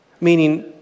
meaning